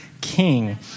king